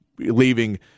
leaving